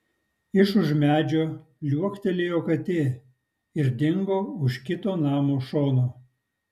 iš už medžio liuoktelėjo katė ir dingo už kito namo šono